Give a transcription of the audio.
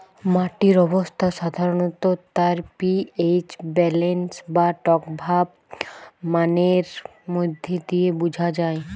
মাটির অবস্থা সাধারণত তার পি.এইচ ব্যালেন্স বা টকভাব মানের মধ্যে দিয়ে বুঝা যায়